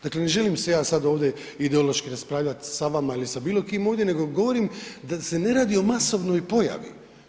Dakle ne želim se ja sad ovdje ideološki raspravljati sa vama ili sa bilo kim ovdje, nego govorim da se ne radi o masovnoj pojavi.